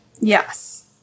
Yes